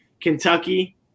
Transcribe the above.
Kentucky